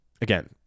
again